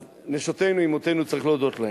אז נשותינו, אמותינו, צריך להודות להן.